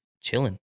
chilling